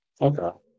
Okay